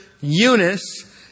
Eunice